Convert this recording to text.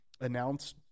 announce